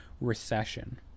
recession